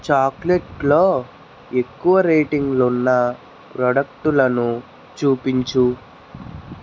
చాక్లెట్లో ఎక్కువ రేటింగ్లు ఉన్న ప్రొడక్టులను చూపించుము